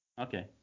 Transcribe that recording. Okay